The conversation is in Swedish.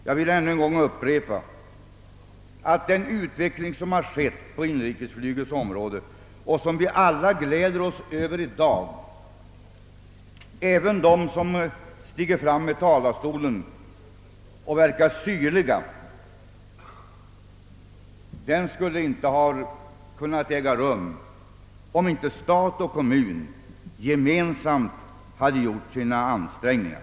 Jag vill än en gång upprepa att den utveckling, som ägt rum på inrikesflygets område och som vi alla i dag gläder oss åt — även de som går upp här i talarstolen och verkar syrliga — inte hade varit möjlig, om inte stat, kommun och företag gemensamt gjort sina insatser.